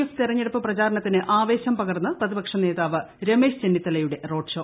F തിരഞ്ഞെടുപ്പ് പ്രചാരണത്തിന് ആവേശം പകർന്ന് പ്രതിപക്ഷ നേതാവ് രമേശ് ചെന്നീത്ത്ലിയുടെ റോഡ് ഷോ